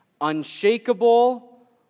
unshakable